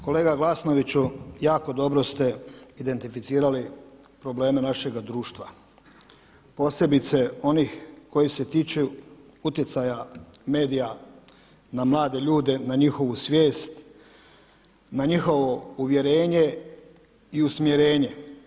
Kolega Glasnoviću, jako dobro ste identificirali probleme našega društva, posebice onih koji se tiču utjecaja medija na mlade ljude, na njihovu svijest, na njihovo uvjerenje i usmjerenje.